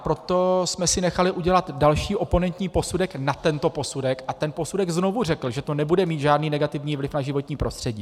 Proto jsme si nechali udělat další oponentní posudek na tento posudek a ten posudek znovu řekl, že to nebude mít žádný negativní vliv na životní prostředí.